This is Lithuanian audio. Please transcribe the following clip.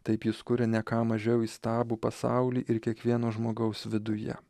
taip jis kuria ne ką mažiau įstabų pasaulį ir kiekvieno žmogaus viduje